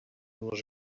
les